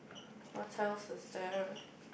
what tell sister